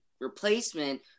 replacement